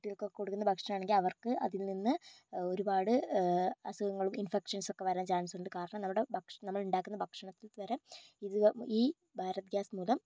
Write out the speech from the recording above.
കുട്ടികൾക്കൊക്കെ കൊടുക്കുന്ന ഭക്ഷണമാണെങ്കിൽ അവർക്ക് അതിൽ നിന്ന് ഒരുപാട് അസുഖങ്ങളും ഇൻഫെക്ഷൻസും ഒക്കെ വരാൻ ചാൻസ് ഉണ്ട് കാരണം നമ്മുടെ ഭക്ഷ് നമ്മളുണ്ടാക്കുന്ന ഭക്ഷണത്തിൽ വരെ ഇത് ഈ ഭാരത് ഗ്യാസ് മൂലം